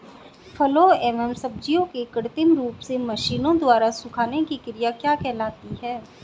फलों एवं सब्जियों के कृत्रिम रूप से मशीनों द्वारा सुखाने की क्रिया क्या कहलाती है?